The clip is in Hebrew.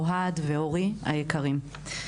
אוהד ואורי היקרים.